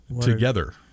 Together